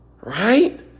Right